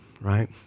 right